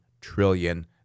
trillion